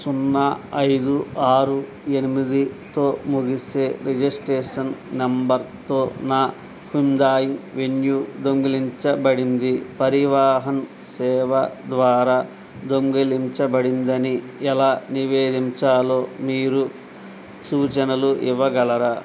సున్నాఐదు ఆరు ఎనిమిదితో ముగిసే రిజిస్ట్రేషన్ నెంబర్తో నా హ్యుందాయ్ వెన్యూ దొంగిలించబడింది పరివాహన్ సేవ ద్వారా దొంగిలించబడిందని ఎలా నివేదించాలో మీరు సూచనలు ఇవ్వగలరా